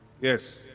Yes